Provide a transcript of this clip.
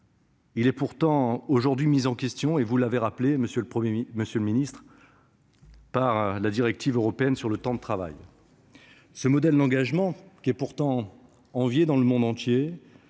Il est pourtant aujourd'hui mis en question, comme l'a rappelé M. le ministre, par la directive européenne sur le temps de travail. Ce modèle d'engagement, envié dans le monde entier,